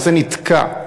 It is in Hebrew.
הנושא נתקע,